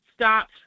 Stop